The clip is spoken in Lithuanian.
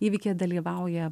įvykyje dalyvauja